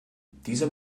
dieser